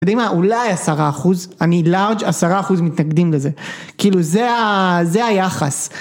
אתםיודעים מה, אולי עשרה אחוז, אני לארג' עשרה אחוז מתנגדים לזה, כאילו זה היחס.